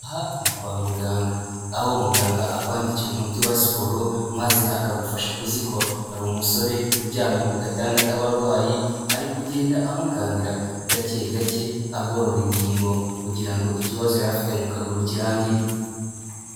Aha ni kwa muganga aho umuganga akwandikira umuti wa siporo maze akagufasha kuzikora, hari umusore uryamye ku gatanda k'abarwayi ariko ugenda amukandira gake gake agorora ingingo kugira ngo ikibazo yari afite mu kaguru kirangire.